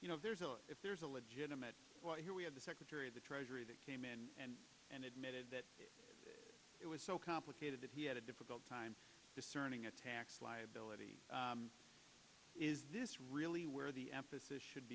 you know there's a if there's a legitimate here we have the secretary of the treasury that came in and and admitted that it was so complicated that he had a difficult time discerning a tax liability is this really where the emphasis should